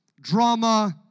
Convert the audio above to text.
drama